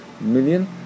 million